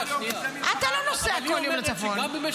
אתה לא נוסע בכל יום לצפון.